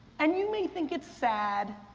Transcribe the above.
and you may think it's sad,